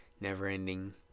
never-ending